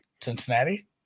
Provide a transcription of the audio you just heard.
Cincinnati